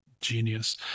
genius